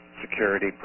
security